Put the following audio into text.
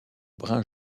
brun